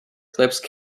eclipse